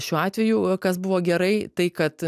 šiuo atveju kas buvo gerai tai kad